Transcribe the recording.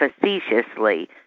facetiously